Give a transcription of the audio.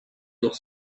doch